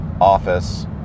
Office